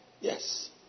Yes